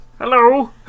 Hello